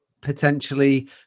potentially